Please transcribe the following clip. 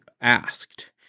asked